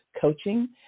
coaching